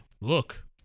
look